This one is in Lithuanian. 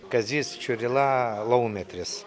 kazys čiurila laumetris